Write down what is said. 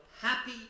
happy